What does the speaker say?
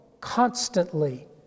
constantly